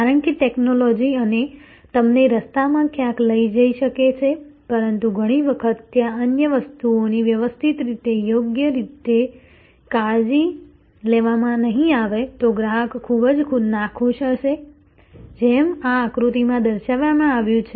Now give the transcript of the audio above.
કારણ કે ટેક્નોલોજી તમને રસ્તામાં ક્યાંક લઈ જઈ શકે છે પરંતુ ઘણી વખત ત્યાં અન્ય વસ્તુઓની વ્યવસ્થિત રીતે યોગ્ય રીતે કાળજી લેવામાં નહીં આવે તો ગ્રાહક ખૂબ જ નાખુશ હશે જેમ આ આકૃતિમાં દર્શાવવામાં આવ્યું છે